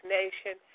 nation